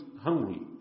hungry